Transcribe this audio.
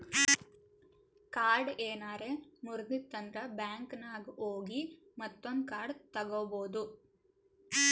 card ಏನಾರೆ ಮುರ್ದಿತ್ತಂದ್ರ ಬ್ಯಾಂಕಿನಾಗ್ ಹೋಗಿ ಮತ್ತೊಂದು ಕಾರ್ಡ್ ತಗೋಬೋದ್